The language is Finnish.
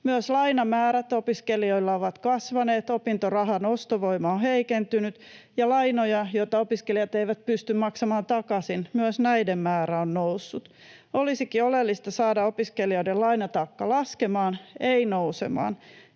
Myös lainamäärät opiskelijoilla ovat kasvaneet, opintorahan ostovoima on heikentynyt, ja myös lainojen, joita opiskelijat eivät pysty maksamaan takaisin, määrä on noussut. Olisikin oleellista saada opiskelijoiden lainataakka laskemaan, ei nousemaan,